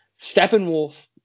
Steppenwolf –